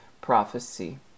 prophecy